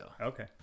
okay